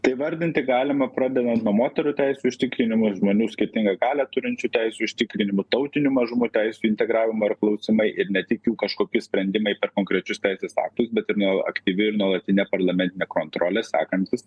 tai vardinti galima pradedant nuo moterų teisių užtikrinimo žmonių skirtingą galią turinčių teisių užtikrinimo tautinių mažumų teisių integravimo ir klausimai ir ne tik jų kažkokie sprendimai per konkrečius teisės aktus bet ir nu aktyvi ir nuolatinė parlamentinė kontrolė sekantis